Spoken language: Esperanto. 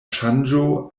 ŝanĝo